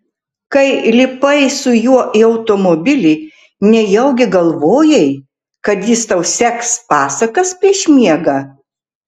kai lipai su juo į automobilį nejaugi galvojai kad jis tau seks pasakas prieš miegą